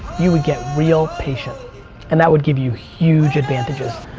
you would get real patient and that would give you huge advantages.